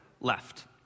left